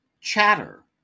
Chatter